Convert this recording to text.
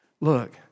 look